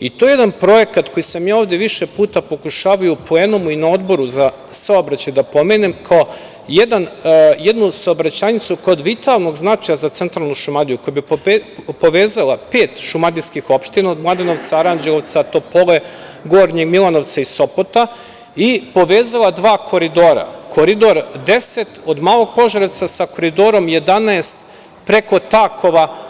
i to je jedan projekat koji sam ja ovde više puta pokušavao i na plenumu i na Odboru za saobraćaj da pomenem kao jednu saobraćajnicu od vitalnog značaja za centralnu Šumadiju, koja bi povezala pet šumadijskih opština od Mladenovca, Aranđelovca, Topole, Gornjeg Milanovca i Sopota i povezala dva koridora, Koridor 10 od Malog Požarevca sa Koridorom 11 preko Takova.